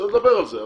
צריך לדבר על זה,